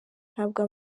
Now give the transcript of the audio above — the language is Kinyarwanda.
ntabwo